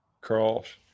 cross